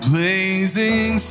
Blazing